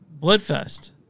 Bloodfest